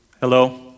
Hello